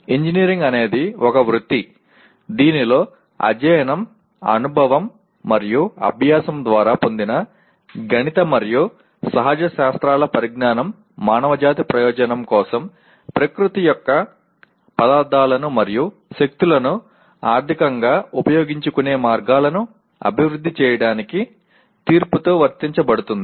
engineering అనేది ఒక వృత్తి దీనిలో అధ్యయనం అనుభవం మరియు అభ్యాసం ద్వారా పొందిన గణిత మరియు సహజ శాస్త్రాల పరిజ్ఞానం మానవజాతి ప్రయోజనం కోసం ప్రకృతి యొక్క పదార్థాలను మరియు శక్తులను ఆర్థికంగా ఉపయోగించుకునే మార్గాలను అభివృద్ధి చేయడానికి తీర్పుతో వర్తించబడుతుంది